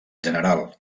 general